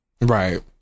Right